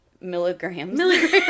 Milligrams